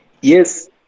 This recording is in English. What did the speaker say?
Yes